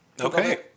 Okay